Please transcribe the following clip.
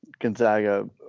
Gonzaga